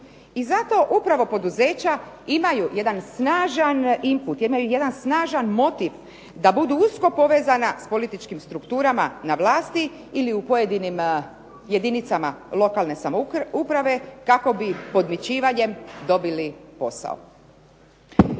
I zato upravo poduzeća imaju jedan snažan input jedan snažan motiv da budu usko povezana s političkim strukturama na vlasti ili u pojedinim jedinicama lokalne samouprave kako bi podmićivanjem dobili posao.